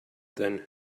then